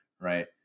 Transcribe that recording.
Right